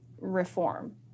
reform